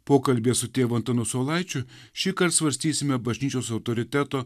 pokalbyje su tėvu antanu saulaičiu šįkart svarstysime bažnyčios autoriteto